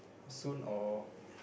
soon or